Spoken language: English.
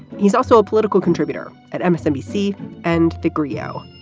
he's also a political contributor at and msnbc and the grio.